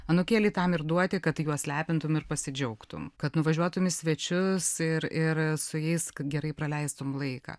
anūkėliai tam ir duoti kad juos lepintum ir pasidžiaugtum kad nuvažiuotum į svečius ir ir su jais gerai praleistum laiką